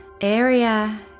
area